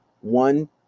One